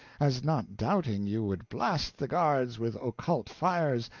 as not doubting you would blast the guards with occult fires,